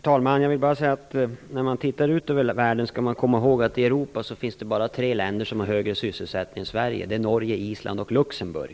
Herr talman! När man tittar ut över världen skall man komma ihåg att det i Europa bara finns tre länder som har högre sysselsättning än Sverige. Det är Norge, Island och Luxemburg.